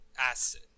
acid